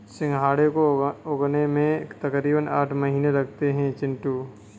सिंघाड़े को उगने में तकरीबन आठ महीने लगते हैं चिंटू